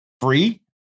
free